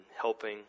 helping